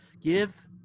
give